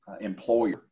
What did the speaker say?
employer